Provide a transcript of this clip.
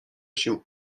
się